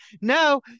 no